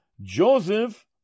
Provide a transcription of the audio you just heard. Joseph